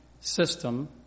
system